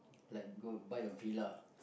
like go buy your villa